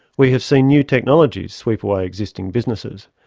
we have seen new technologies sweep away existing businesses.